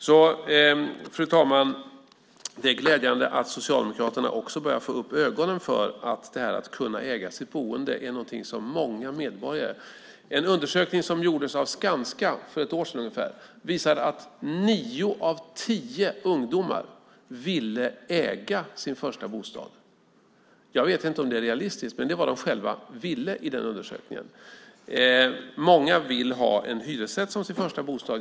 Fru talman! Det är glädjande att Socialdemokraterna också börjar få upp ögonen för att det här att kunna äga sitt boende är något många medborgare vill. En undersökning som gjordes av Skanska för ungefär ett år sedan visar att nio av tio ungdomar ville äga sin första bostad. Jag vet inte om det är realistiskt, men det är vad de själva ville i den undersökningen. Många vill ha en hyresrätt som sin första bostad.